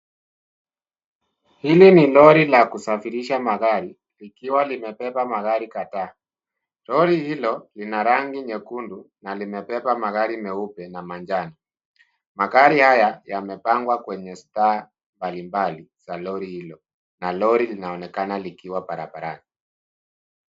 Hili ni lori la kusafirisha magari, likiwa limebeba magari kadhaa. Lori hilo lina rangi nyekundu na limebeba magari meupe na manjano. Magari haya yamepangwa kwenye standi mbalimbali za lori hilo na lori linaonekana likiwa barabarani.